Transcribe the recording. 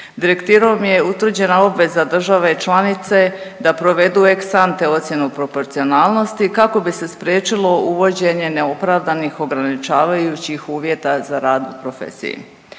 Direktivom je utvrđena obveza države članice da provedu ex ante ocjenu proporcionalnosti kako bi se spriječilo uvođenje neopravdanih ograničavajućih uvjeta za rad u profesiji.